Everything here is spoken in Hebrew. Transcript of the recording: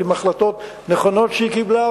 בהחלטות נכונות שהיא קיבלה,